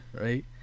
right